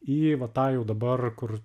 į va tą jau dabar kur